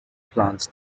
plants